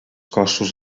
cossos